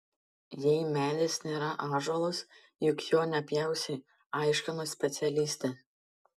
jei medis nėra ąžuolas juk jo nepjausi aiškino specialistė